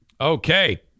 okay